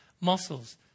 muscles